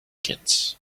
kids